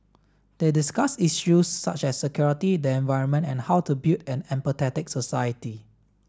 they discussed issues such as security the environment and how to build an empathetic society